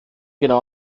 genau